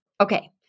Okay